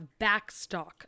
backstock